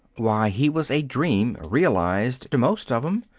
why, he was a dream realized to most of em.